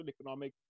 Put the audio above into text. economic